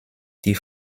die